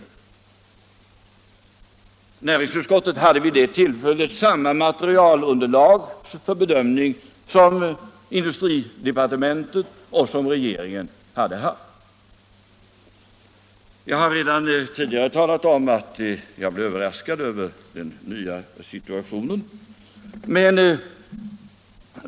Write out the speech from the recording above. Jag upprepar: Näringsutskottet hade vid det tillfället samma materialunderlag för bedömning som industridepartementet och regeringen hade haft. Jag har redan tidigare talat om att jag blev överraskad av den nya situationen.